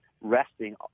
resting